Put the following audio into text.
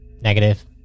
negative